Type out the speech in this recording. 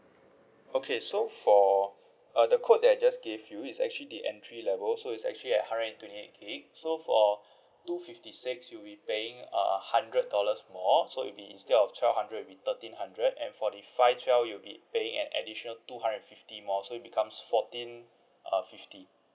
okay so for uh the code that I just gave you is actually the entry level so it's actually a hundred and twenty eight so for two fifty six you be paying uh hundred dollars more so it'll be instead of twelve hundred will be thirteen hundred and for the five twelve you will be paying an additional two hundred fifty more so becomes fourteen uh fifty